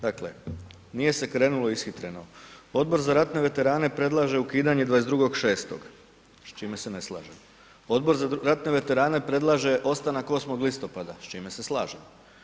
Dakle nije se krenulo ishitreno, Odbor za ratne veterane predlaže ukidanje 22.6. s čime se ne slažemo, Odbor za ratne veterane predlaže ostanak 8. listopada s čime se slažemo.